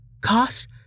Cost